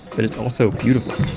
but it's also beautiful.